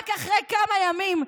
רק אחרי כמה ימים,